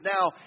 now